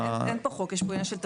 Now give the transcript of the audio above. אין פה חוק, יש פה עניין של תבחינים.